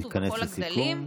להתכנס לסיכום.